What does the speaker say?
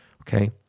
okay